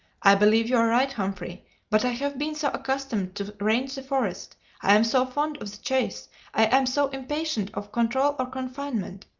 i believe you are right, humphrey but i have been so accustomed to range the forest i am so fond of the chase i am so impatient of control or confinement,